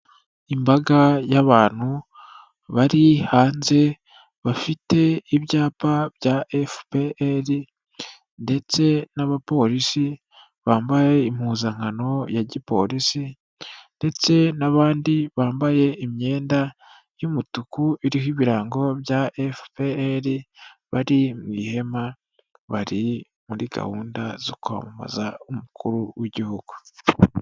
Imbaga y'abantu bari hanze bafite ibyapa bya efuperi ndetse n'abapolisi bambaye impuzankano ya gipolisi ndetse n'abandi bambaye imyenda y'umutuku iriho ibirango bya efuperi bari mu ihema. Bari muri gahunda zo kwamamaza umukuru w'igihugu.